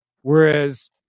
whereas